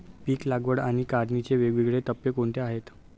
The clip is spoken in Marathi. पीक लागवड आणि काढणीचे वेगवेगळे टप्पे कोणते आहेत?